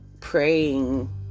praying